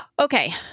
Okay